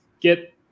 get